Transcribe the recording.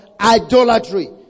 idolatry